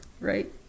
right